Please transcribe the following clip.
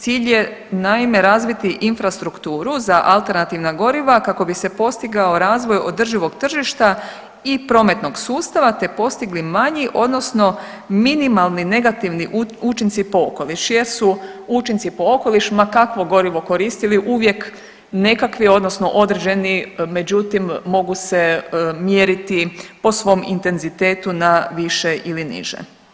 Cilj je naime razviti infrastrukturu za alternativna goriva kako bi se postigao razvoj održivog tržišta i prometnog sustava te postigli manji odnosno minimalni negativni učinci po okoliš jer su učinci po okoliš ma kakvo gorivo koristili uvijek nekakvi odnosno određeni međutim mogu se mjeriti po svom intenzitetu na više ili niže.